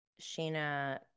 Sheena